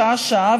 שעה-שעה,